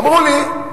אמרו לי: